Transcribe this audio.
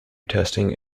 testing